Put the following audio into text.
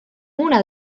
una